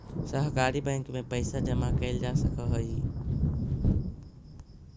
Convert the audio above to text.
सहकारी बैंक में पइसा जमा कैल जा सकऽ हइ